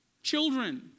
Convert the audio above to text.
Children